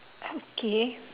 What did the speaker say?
okay